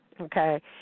okay